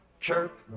chirp